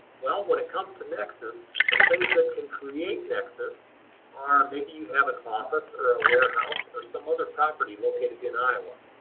well when it comes to nexus, some things that can create nexus are maybe you have an office or a warehouse or some other property located in iowa.